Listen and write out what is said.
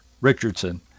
Richardson